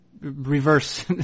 reverse